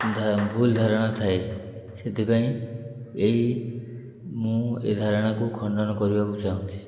ଭୁଲ ଧାରଣା ଥାଏ ସେଥିପାଇଁ ଏହି ମୁଁ ଏ ଧାରଣାକୁ ଖଣ୍ଡନ କରିବାକୁ ଚାହୁଁଛି